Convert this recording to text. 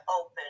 open